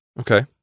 Okay